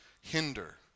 hinder